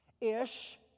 ish